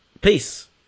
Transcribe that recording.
peace